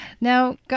Now